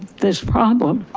this problem.